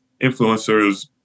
influencers